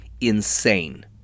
insane